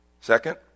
second